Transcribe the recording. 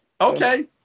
Okay